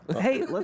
hey